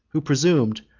who presumed,